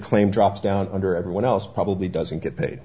claim drops down under everyone else probably doesn't get paid